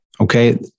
Okay